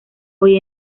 hoy